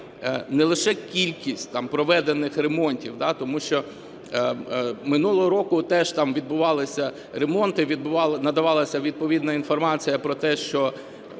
не лише кількість там проведених ремонтів, да, тому що минулого року теж там відбувалися ремонти, надавалася відповідна інформація про те, що